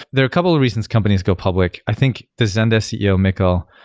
there are a couple reasons companies go public. i think the zendesk ceo, mikkel,